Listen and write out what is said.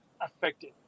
affected